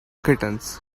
kittens